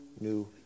new